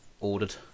ordered